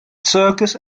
circus